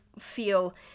feel